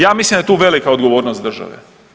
Ja mislim da je tu velika odgovornost države.